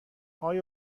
آقای